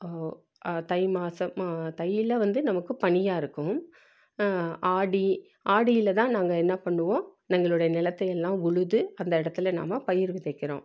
தைமாதம் தையில் வந்து நமக்கு பனியாக இருக்கும் ஆடி ஆடியில் தான் நாங்கள் என்ன பண்ணுவோம் எங்களுடைய நிலத்தையெல்லாம் உழுது அந்த இடத்துல நாம் பயிர் விதைக்கிறோம்